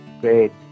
Great